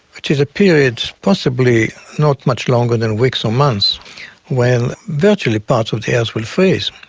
which is a period possibly not much longer than weeks or months when virtually parts of the earth will freeze.